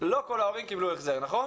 לא כל ההורים קיבלו החזר, נכון?